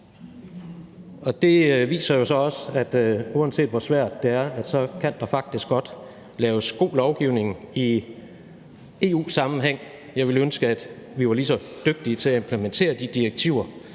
og det viser jo så også, at uanset hvor svært det er, kan der faktisk godt laves god lovgivning i EU-sammenhæng. Jeg ville ønske, at vi var lige så dygtige til at implementere de direktiver